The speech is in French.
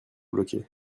bloquée